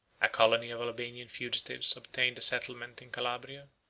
a colony of albanian fugitives obtained a settlement in calabria,